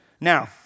Now